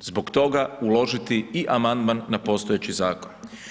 zbog toga uložiti i amandman na postojeći zakon.